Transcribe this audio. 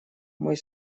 мой